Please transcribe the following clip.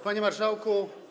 Panie Marszałku!